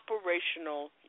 operational